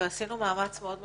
עשינו מאמץ מאוד משמעותי.